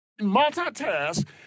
multitask